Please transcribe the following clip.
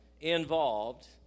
involved